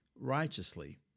righteously